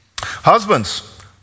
Husbands